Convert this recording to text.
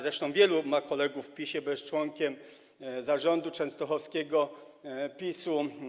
Zresztą ma wielu kolegów w PiS-ie, bo jest członkiem zarządu częstochowskiego PiS-u.